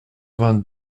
vingt